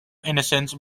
innocence